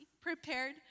prepared